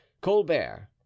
Colbert